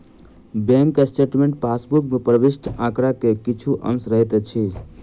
bank statement passbook मे प्रविष्ट आंकड़ाक किछु अंश रहैत अछि